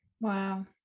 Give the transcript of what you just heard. Wow